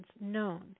known